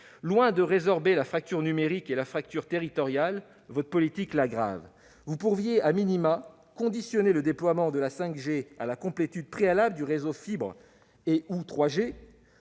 Loin de résorber la fracture numérique et la fracture territoriale, votre politique l'aggrave. Vous pourriez conditionner le déploiement de la 5G à la complétude préalable du réseau fibre ou 3G.